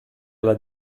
alla